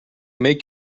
make